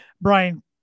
Brian